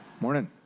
morning.